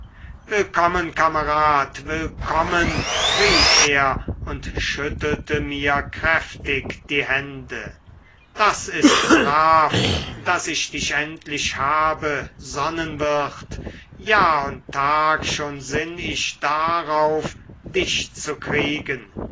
willkommen kamerad willkommen rief er und schüttelte mir kräftig die hände das ist brav daß ich dich endlich habe sonnenwirt jahr und tag schon sinn ich darauf dich zu kriegen